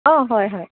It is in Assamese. অঁ হয় হয়